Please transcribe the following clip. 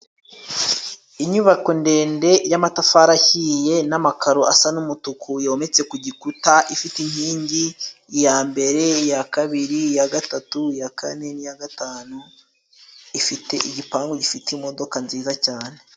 Inyubako ndende y'amatafari ahiye n'amakaro asa n'umutuku yometse ku gikuta ifite inkingi, iya mbere, iya kabiri, iya gatatu, iya kane n'iya gatanu, ifite igipangu gifite imodoka nziza cyane.